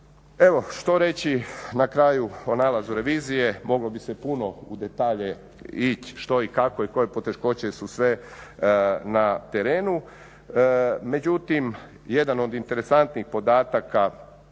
Evo što reći na kraju o nalazu revizije, moglo bi se puno u detalje ići što i kako i koje poteškoće su sve na terenu. Međutim jedan od interesantnih podataka